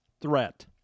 threat